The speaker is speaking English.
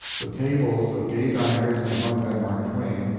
the tables of gay diners and among them mark twain,